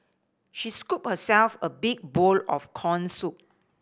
she scooped herself a big bowl of corn soup